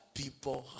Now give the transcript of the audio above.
people